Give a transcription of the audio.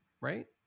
right